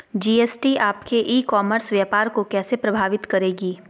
GST आपके e commerce व्यापार को कैसे प्रभावित करेगी?